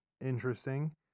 Interesting